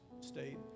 state